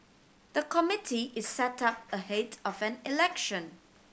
the committee is set up ahead of an election